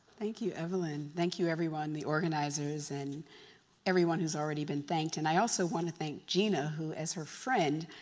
thank you evelyn. thank you everyone, the organizers and everyone who's already been thanked. and i also want to thank gina, who as her friend,